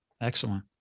Excellent